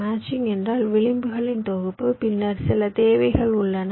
matching என்றால் விளிம்புகளின் தொகுப்பு பின்னர் சில தேவைகள் உள்ளன